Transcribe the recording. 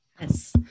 Yes